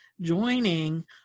joining